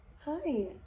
Hi